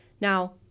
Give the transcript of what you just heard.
Now